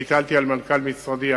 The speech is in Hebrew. אני הטלתי על מנכ"ל משרדי,